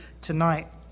tonight